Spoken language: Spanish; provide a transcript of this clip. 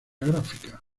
gráfica